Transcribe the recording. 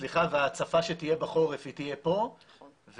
וההצפה שתהיה בחורף היא תהיה פה וצריך